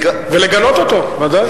ולגנות אותו, ודאי.